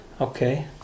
Okay